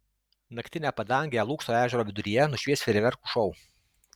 naktinę padangę lūksto ežero viduryje nušvies fejerverkų šou